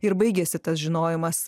ir baigiasi tas žinojimas